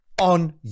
on